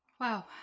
Wow